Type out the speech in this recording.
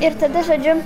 ir tada žodžiu